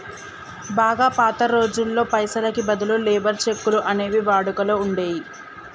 బాగా పాత రోజుల్లో పైసలకి బదులు లేబర్ చెక్కులు అనేవి వాడుకలో ఉండేయ్యి